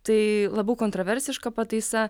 tai labai kontroversiška pataisa